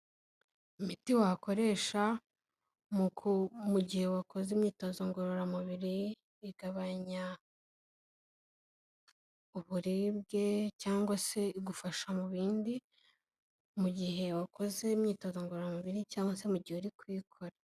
Imiti wakoresha mu gihe wakoze imyitozo ngororamubiri igabanya uburibwe cyangwa se igufasha mu bindi mu gihe wakoze imyitozo ngororamubiri cyangwa se mu gihe uri kuyikora.